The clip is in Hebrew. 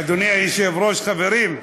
אדוני היושב-ראש, חברים,